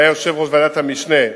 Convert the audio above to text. הוא היה יושב-ראש ועדת המשנה בכנסת,